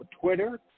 Twitter